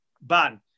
ban